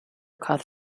caught